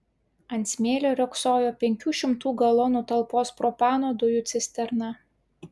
ant smėlio riogsojo penkių šimtų galonų talpos propano dujų cisterna